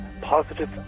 positive